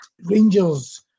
Rangers